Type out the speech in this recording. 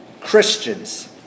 Christians